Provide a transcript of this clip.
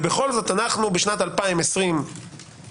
ובכל זאת אנו בשנת 2020 אז,